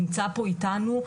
נמצא פה איתנו,